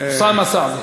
אוסאמה סעדי.